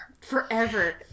Forever